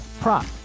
prop